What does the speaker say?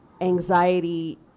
anxiety